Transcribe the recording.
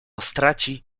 straci